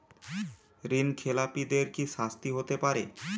ঋণ খেলাপিদের কি শাস্তি হতে পারে?